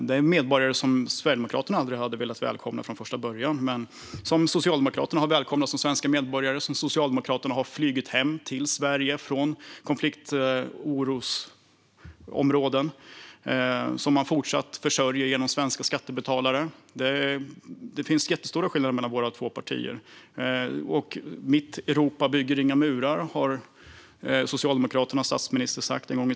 Dem hade Sverigedemokraterna aldrig velat välkomna som medborgare från första början, men Socialdemokraterna har välkomnat dem som svenska medborgare och flugit hem dem till Sverige från konflikt och orosområden, och man fortsätter att försörja dem med svenska skattebetalares pengar. Det finns jättestora skillnader mellan våra två partier. "Mitt Europa bygger inga murar" sa en socialdemokratisk statsminister en gång.